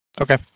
Okay